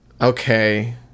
Okay